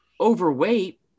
overweight